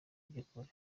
by’ukuri